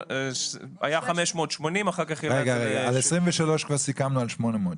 על 2023 כבר סיכמנו על 800 שקלים.